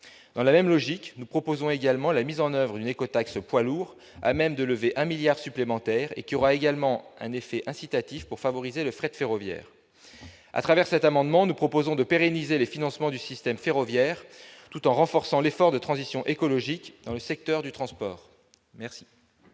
Dans la même logique, nous proposons la mise en oeuvre d'une écotaxe poids lourds, qui sera à même de lever 1 milliard d'euros supplémentaire et qui aura également un effet incitatif pour favoriser le fret ferroviaire. À travers cet amendement, nous proposons donc de pérenniser les financements du système ferroviaire, tout en renforçant l'effort de transition écologique dans le secteur du transport. Quel